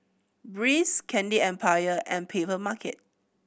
Breeze Candy Empire and Papermarket